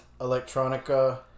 electronica